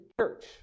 church